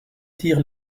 tirent